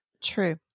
True